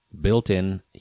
built-in